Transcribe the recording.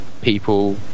people